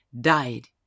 died